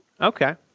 okay